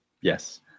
yes